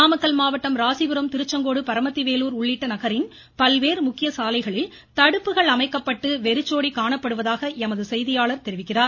நாமக்கல் மாவட்டம் ராசிபுரம் திருச்செங்கோடு பரமத்தி வேலூர் உள்ளிட்ட நகரின் பல்வேறு முக்கிய சாலைகளில் தடுப்புகள் அமைக்கப்பட்டு வெறிச்சோடி காணப்படுவதாக எமது செய்தியாளர் தெரிவிக்கிறார்